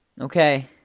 Okay